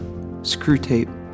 Screwtape